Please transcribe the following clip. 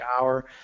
hour